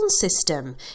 system